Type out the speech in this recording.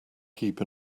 keep